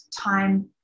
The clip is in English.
time